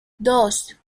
dos